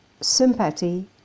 sympathy